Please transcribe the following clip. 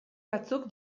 batzuk